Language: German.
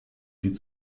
die